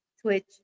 Twitch